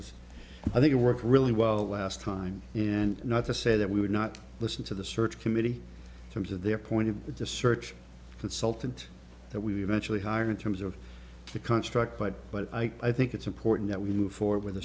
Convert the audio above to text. yes i think it worked really well last time and not to say that we would not listen to the search committee terms of their point of the search for salt and that we eventually hire in terms of the contract quite but i think it's important that we move forward with the